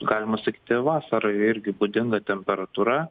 galima sakyti vasarai irgi būdinga temperatūra